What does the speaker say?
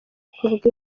bwinshi